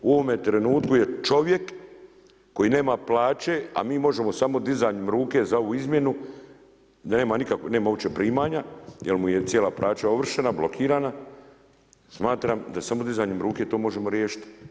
U ovome trenutku je čovjek koji nema plaće, a mi možemo samo dizanjem ruke za ovu izmjenu, nema uopće primanja jer mu je cijela plaća ovršena, blokirana smatram da samo dizanjem ruke to možemo riješiti.